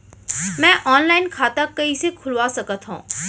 मैं ऑनलाइन खाता कइसे खुलवा सकत हव?